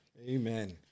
Amen